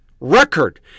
Record